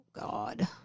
god